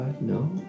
No